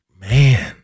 Man